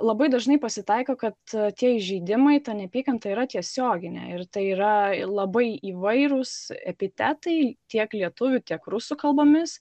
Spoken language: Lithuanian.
labai dažnai pasitaiko kad tie įžeidimai ta neapykanta yra tiesioginė ir tai yra labai įvairūs epitetai tiek lietuvių tiek rusų kalbomis